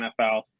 NFL